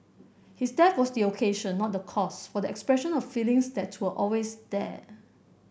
his death was the occasion not the cause for the expression of feelings that were always there